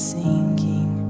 sinking